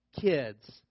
kids